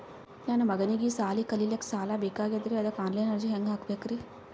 ನನ್ನ ಮಗನಿಗಿ ಸಾಲಿ ಕಲಿಲಕ್ಕ ಸಾಲ ಬೇಕಾಗ್ಯದ್ರಿ ಅದಕ್ಕ ಆನ್ ಲೈನ್ ಅರ್ಜಿ ಹೆಂಗ ಹಾಕಬೇಕ್ರಿ?